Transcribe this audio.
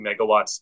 megawatts